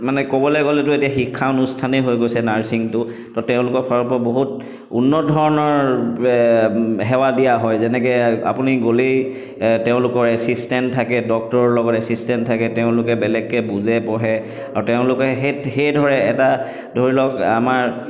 মানে ক'বলৈ গ'লেতো এতিয়া শিক্ষা অনুষ্ঠানেই হৈ গৈছে নাৰ্ছিঙটো ত' তেওঁলোকৰ ফালৰ পৰা বহুত উন্নত ধৰণৰ সেৱা দিয়া হয় যেনেকৈ আপুনি গ'লেই তেওঁলোকৰ এছিষ্টেণ্ট থাকে ডক্টৰৰ লগত এছিষ্টেণ্ট থাকে তেওঁলোকে বেলেগকৈ বুজে পঢ়ে আৰু তেওঁলোকে সেই সেইদৰে এটা ধৰি লওক আমাৰ